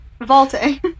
Vaulting